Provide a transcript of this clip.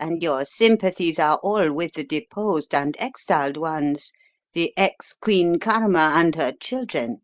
and your sympathies are all with the deposed and exiled ones the ex-queen karma and her children